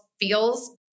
feels